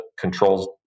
controls